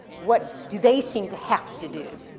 what do they seem to have to do?